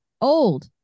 old